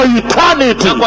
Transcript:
eternity